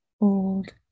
Old